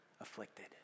afflicted